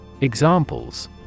examples